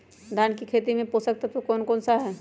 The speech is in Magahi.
धान की खेती में पोषक तत्व कौन कौन सा है?